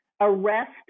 arrest